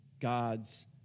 God's